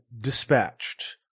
dispatched